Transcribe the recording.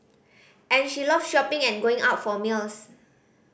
and she love shopping and going out for meals